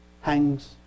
hangs